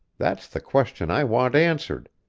that's the question i want answered,